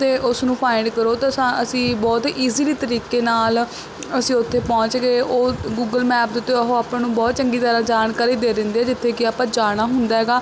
ਅਤੇ ਉਸ ਨੂੰ ਫਾਇੰਡ ਕਰੋ ਤਾਂ ਸਾ ਅਸੀਂ ਬਹੁਤ ਈਜ਼ੀਲੀ ਤਰੀਕੇ ਨਾਲ ਅਸੀਂ ਉੱਥੇ ਪਹੁੰਚ ਗਏ ਉਹ ਗੂਗਲ ਮੈਪ ਦੇ ਉੱਤੇ ਉਹ ਆਪਾਂ ਨੂੰ ਬਹੁਤ ਚੰਗੀ ਤਰ੍ਹਾਂ ਜਾਣਕਾਰੀ ਦੇ ਦਿੰਦੇ ਹੈ ਜਿੱਥੇ ਕਿ ਆਪਾਂ ਜਾਣਾ ਹੁੰਦਾ ਹੈਗਾ